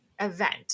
event